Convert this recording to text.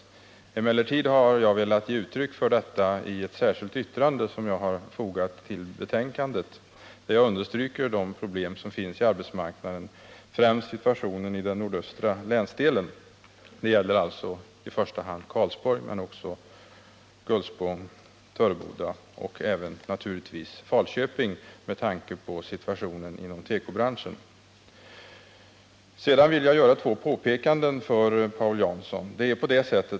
Jag har emellertid velat ge uttryck för vår uppfattning i ett särskilt yttrande som har fogats till betänkandet. Här understryks arbetsmarknadens problem, främst situationen i den nordöstra länsdelen. Det gäller alltså i första hand Karlsborg men också Gullspång, Töreboda och naturligtvis även Falköping med tanke på situationen inom tekobranschen. Sedan vill jag göra två påpekanden för Paul Jansson.